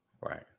Right